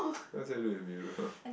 what's there to look in the mirror